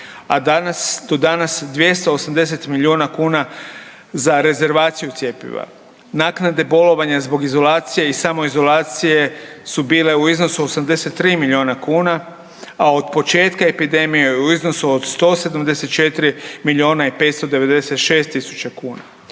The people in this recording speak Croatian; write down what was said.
do danas 280 miliona kuna za rezervaciju cjepiva. Naknade bolovanja zbog izolacije i samoizolacije su bile u iznosu 83 miliona kuna, a od početka epidemije u iznosu od 174 miliona i 596 tisuća kuna.